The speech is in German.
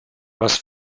was